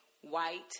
white